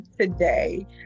today